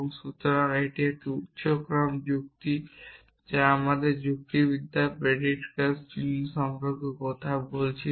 সুতরাং যে উচ্চ ক্রম যুক্তি যা আমরা আমাদের যুক্তিবিদ্যা predicate চিহ্ন সম্পর্কে কথা বলছি না